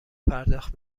پرداخت